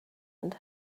and